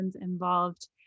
involved